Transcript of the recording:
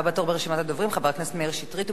הבא בתור ברשימת הדוברים הוא חבר הכנסת מאיר שטרית,